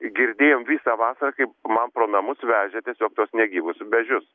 girdėjom visą vasarą kaip man pro namus vežė tiesiog tuos negyvus medžius